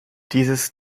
dieses